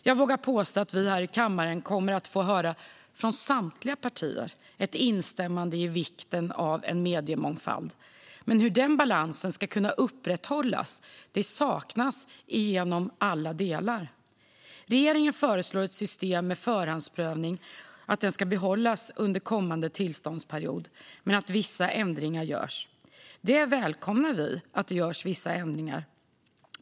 Jag vågar påstå att vi här i kammaren från samtliga partier kommer att få höra ett instämmande i vikten av en mediemångfald. Men hur denna balans ska kunna upprätthållas saknas i alla delar. Regeringen föreslår att systemet med förhandsprövning ska behållas under kommande tillståndsperiod, men att vissa ändringar görs. Vi välkomnar att det görs vissa ändringar.